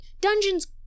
Dungeons